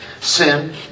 Sin